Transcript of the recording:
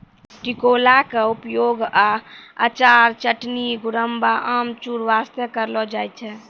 टिकोला के उपयोग अचार, चटनी, गुड़म्बा, अमचूर बास्तॅ करलो जाय छै